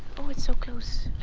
oh, it's so close!